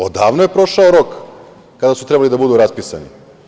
Odavno je prošao rok kada su trebali da budu raspisani.